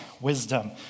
wisdom